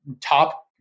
top